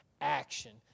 action